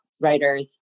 writers